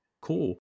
cool